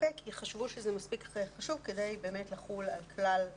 כי חשבו שזה מספיק חשוב כדי באמת לחול על כלל המוסדות.